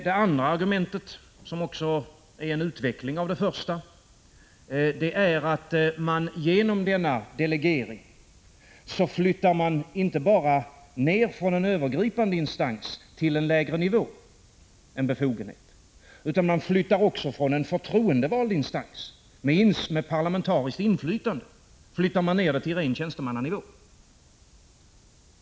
Det andra argumentet, som är en utveckling av det första, är att man genom denna delegering inte bara flyttar ned en befogenhet från en övergripande instans till en lägre nivå, utan också flyttar ned den från en förtroendevald instans, med parlamentariskt inflytande, till en ren tjänstemannanivå.